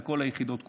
וכל היחידות כולן.